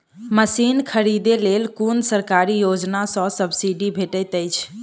Machine खरीदे लेल कुन सरकारी योजना सऽ सब्सिडी भेटैत अछि?